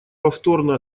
повторно